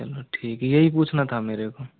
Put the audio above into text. चलो ठीक है यही पूछना था मेरे को